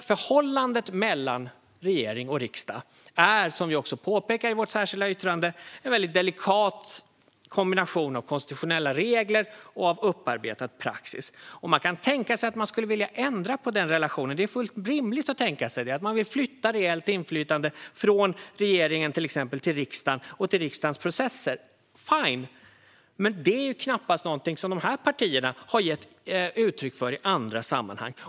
Förhållandet mellan riksdag och regering är, som vi också påpekar i vårt särskilda yttrande, en delikat kombination av konstitutionella regler och upparbetad praxis. Man kan tänka sig att man vill ändra på den relationen. Det är fullt rimligt att tänka sig att man vill flytta reellt inflytande från regeringen till riksdagen och riksdagens processer - fine! Men det har de här partierna knappast gett uttryck för i andra sammanhang.